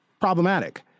problematic